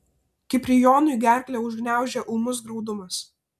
kiprijonui gerklę užgniaužia ūmus graudumas